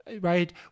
right